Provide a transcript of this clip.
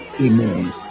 Amen